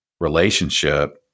relationship